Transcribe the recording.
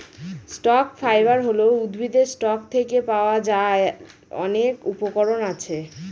stock fibre হল উদ্ভিদের stalk থেকে পাওয়া যার অনেক উপকরণ আছে